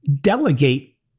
delegate